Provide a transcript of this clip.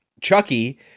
Chucky